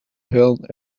held